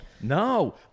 No